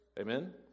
Amen